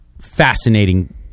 fascinating